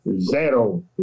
zero